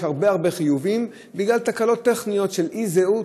יש הרבה הרבה חיובים בגלל תקלות טכניות של אי-זהות.